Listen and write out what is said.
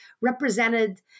represented